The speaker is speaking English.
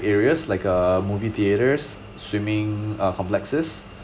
areas like uh movie theatres swimming uh complexes